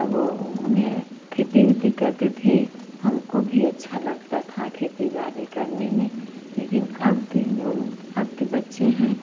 अब वो में खेती वेती करते थे हमको भी अच्छा लगता था खेती बाड़ी करने में लेकिन अब के जो अब के बच्चे हैं